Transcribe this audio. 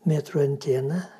metrų anteną